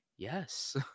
yes